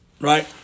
right